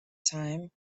time